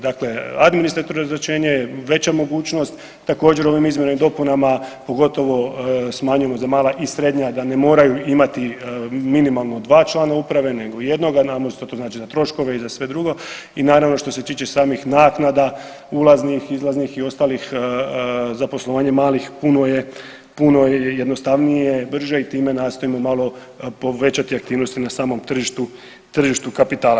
Dakle, administrativno rasterećenje, veća mogućnost također ovim izmjenama i dopunama pogotovo smanjujemo za mala i srednja da ne moraju imati minimalno dva člana uprave nego jednoga, a znamo što to znači za troškove i za sve drugo i naravno što se tiče samih naknada ulaznih, izlaznih i ostalih za poslovanje malih puno je jednostavnije, breže i time nastojimo malo povećati aktivnosti na samom tržištu kapitala.